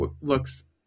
looks